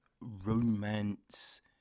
romance